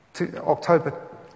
October